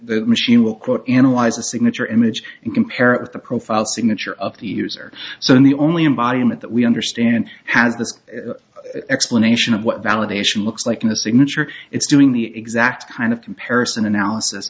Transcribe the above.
that machine will quote analyze the signature image and compare it with the profile signature of the user so in the only embodiment that we understand has the explanation of what validation looks like in the signature it's doing the exact kind of comparison analysis